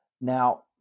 Now